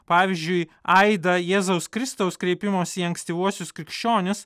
pavyzdžiui aidą jėzaus kristaus kreipimosi į ankstyvuosius krikščionis